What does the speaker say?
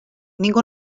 ningú